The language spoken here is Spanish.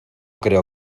creo